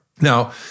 Now